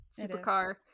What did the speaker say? supercar